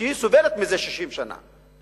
שסובלת זה 60 שנה,